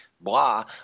blah